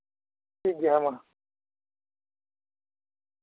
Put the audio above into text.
ᱴᱷᱤᱠᱜᱮᱭᱟ ᱦᱮᱸ ᱢᱟ